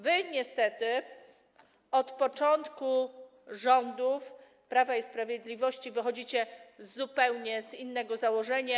Wy niestety od początku rządów Prawa i Sprawiedliwości wychodzicie z zupełnie innego założenia.